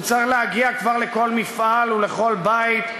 הוא צריך כבר להגיע לכל מפעל ולכל בית,